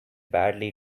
badly